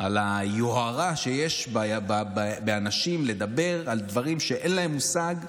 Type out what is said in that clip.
על היוהרה שיש באנשים לדבר על דברים שאין להם מושג בהם,